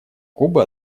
кубы